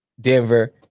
Denver